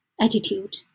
attitude